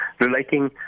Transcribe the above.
relating